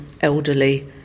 elderly